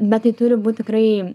bet tai turi būt tikrai